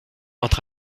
entre